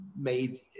made